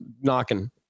knocking